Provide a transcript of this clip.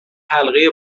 حلقه